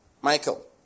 Michael